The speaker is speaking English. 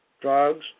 Drugs